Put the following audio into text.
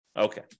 Okay